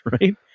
Right